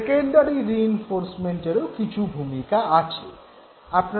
secondary রিইনফোর্সমেন্টেরও কিছু ভূমিকা আছে